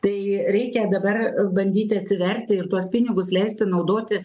tai reikia dabar bandyti atsiverti ir tuos pinigus leisti naudoti